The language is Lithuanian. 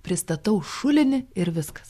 pristatau šulinį ir viskas